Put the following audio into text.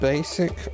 basic